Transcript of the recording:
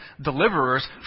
deliverers